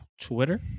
Twitter